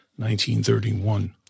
1931